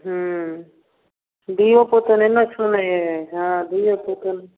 हूँ धीओ पुतो नै ने छुवै हइ जहाँ धीओ पुतो